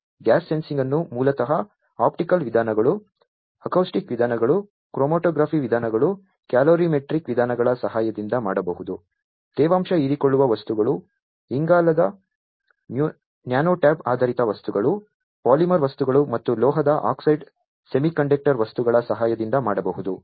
gas sensing ಅನ್ನು ಮೂಲತಃ optical ವಿಧಾನಗಳು ಅಕೌಸ್ಟಿಕ್ ವಿಧಾನಗಳು ಕ್ರೊಮ್ಯಾಟೋಗ್ರಾಫಿಕ್ ವಿಧಾನಗಳು ಕ್ಯಾಲೋರಿಮೆಟ್ರಿಕ್ ವಿಧಾನಗಳ ಸಹಾಯದಿಂದ ಮಾಡಬಹುದು ತೇವಾಂಶ ಹೀರಿಕೊಳ್ಳುವ ವಸ್ತುಗಳು ಇಂಗಾಲದ ನ್ಯಾನೊಟ್ಯೂಬ್ ಆಧಾರಿತ ವಸ್ತುಗಳು ಪಾಲಿಮರ್ ವಸ್ತುಗಳು ಮತ್ತು ಲೋಹದ ಆಕ್ಸೈಡ್ ಸೆಮಿಕಂಡಕ್ಟರ್ ವಸ್ತುಗಳ ಸಹಾಯದಿಂದ ಮಾಡಬಹುದು